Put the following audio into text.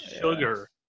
sugar